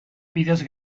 bidez